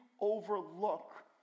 overlook